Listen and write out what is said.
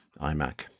iMac